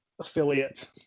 affiliate